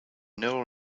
neural